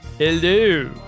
Hello